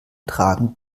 tragen